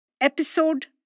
Episode